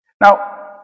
Now